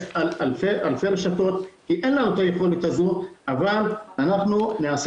על אלפי רשתות כי אין לנו את היכולת הזאת אבל אנחנו נעשה